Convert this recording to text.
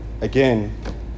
Again